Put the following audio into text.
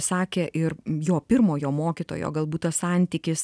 sakė ir jo pirmojo mokytojo galbūt tas santykis